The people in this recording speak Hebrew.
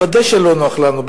ודאי שלא נוח לנו,